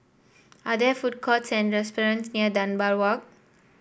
are there food courts and restaurants near Dunbar Walk